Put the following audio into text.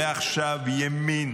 ועכשיו, ימין,